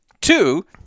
two